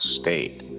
state